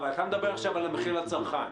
אבל אתה מדבר עכשיו על המחיר לצרכן.